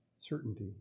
Certainty